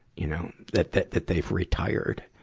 you know, that, that that they've retired.